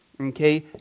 Okay